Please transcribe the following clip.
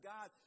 God